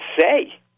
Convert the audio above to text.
say